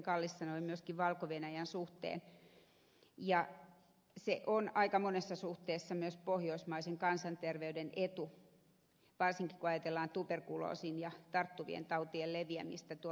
kallis sanoi myöskin valko venäjän suhteen ja se on aika monessa suhteessa myös pohjoismaisen kansanterveyden etu varsinkin kun ajatellaan tuberkuloosin ja tarttuvien tautien leviämistä rajojen yli